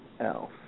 else